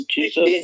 Jesus